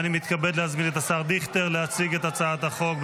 אני מתכבד להזמין את השר דיכטר להציג את הצבעת החוק.